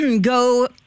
go